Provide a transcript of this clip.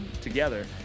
together